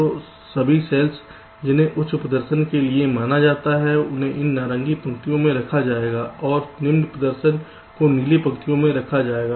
तो सभी सेल्स जिन्हें उच्च प्रदर्शन के लिए माना जाता है उन्हें इन नारंगी पंक्तियों में रखा जाएगा और निम्न प्रदर्शन को नीले रंग की पंक्तियों में रखा जाएगा